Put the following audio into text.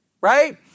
right